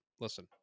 Listen